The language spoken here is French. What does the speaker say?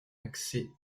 accès